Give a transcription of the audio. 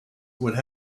would